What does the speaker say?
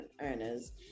earners